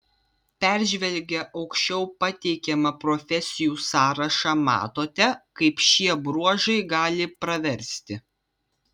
peržvelgę aukščiau pateikiamą profesijų sąrašą matote kaip šie bruožai gali praversti